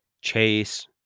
Chase